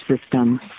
system